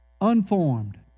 unformed